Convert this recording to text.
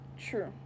True